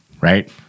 right